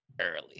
early